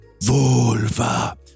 Vulva